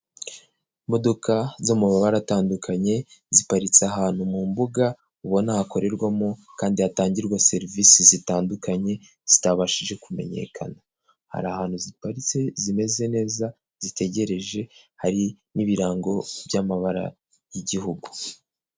i Imodoka zo mu mabara atandukanye ziparitse ahantu mu mbuga ubona hakorerwamo kandi hatangirwa serivisi zitandukanye zitabashije kumenyekana, hari ahantu ziparitse zimeze neza zitegereje, hari n'ibirango by'amabara y'igihugu.